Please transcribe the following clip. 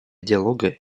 диалога